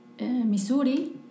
Missouri